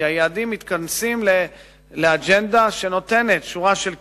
כי היעדים מתכנסים לאג'נדה שנותנת שורה של כלים,